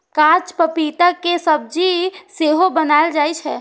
कांच पपीता के सब्जी सेहो बनाएल जाइ छै